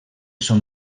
són